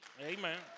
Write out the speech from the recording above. Amen